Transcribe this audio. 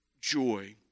joy